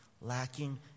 lacking